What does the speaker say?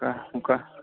okay okay